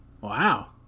Wow